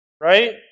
right